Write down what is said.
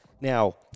Now